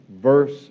Verse